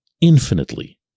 infinitely